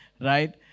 right